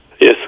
Yes